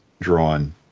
drawn